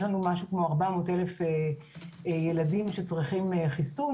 לנו כ-400,000 ילדים שצריכים חיסון.